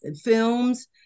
films